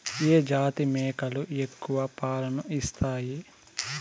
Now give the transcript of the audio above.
ఏ జాతి మేకలు ఎక్కువ పాలను ఇస్తాయి?